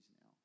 now